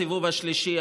הסיבוב השלישי.